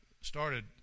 started